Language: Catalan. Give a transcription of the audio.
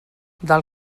del